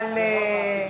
אבל,